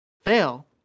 fail